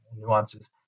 nuances